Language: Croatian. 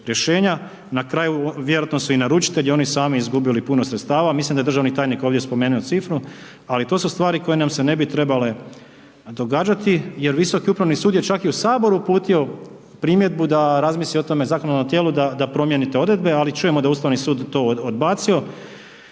vjerojatno su i naručitelji i oni sami izgubili puno sredstava. Mislim da je državni tajnik ovdje spomenuo cifru, ali to su stvari koje nam se ne bi trebale događati jer Visoki upravni sud je čak i u Saboru uputio primjedbu da razmisli o tome zakonodavnom tijelu da promijeni te odredbe, ali čujemo da Ustavni sud to odbacio.